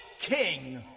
king